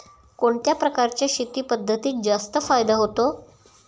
कोणत्या प्रकारच्या शेती पद्धतीत जास्त फायदा होतो?